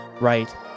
right